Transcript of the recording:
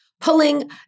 Pulling